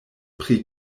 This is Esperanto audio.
pri